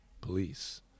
police